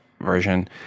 version